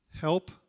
help